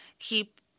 keep